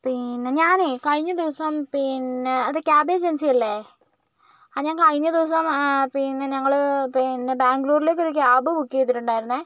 പിന്നെ ഞാനേ കഴിഞ്ഞ ദിവസം പിന്നെ അതെ ക്യാബ് ഏജൻസിയല്ലേ ആ ഞാൻ കഴിഞ്ഞ ദിവസം പിന്നെ ഞങ്ങൾ പിന്നെ ബാംഗ്ലൂരിലേക്ക് ഒരു ക്യാബ് ബുക്ക് ചെയ്തിട്ടുണ്ടായിരുന്നേ